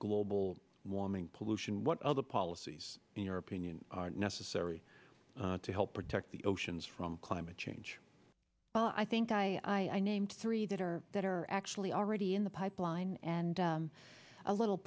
global warming pollution what other policies in your opinion are necessary to help protect the oceans from climate change i think i three that are that are actually already in the pipeline and a little